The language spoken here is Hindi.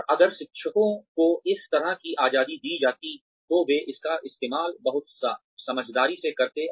और अगर शिक्षकों को इस तरह की आज़ादी दी जाती तो वे इसका इस्तेमाल बहुत समझदारी से करते